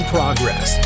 Progress